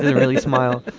really smile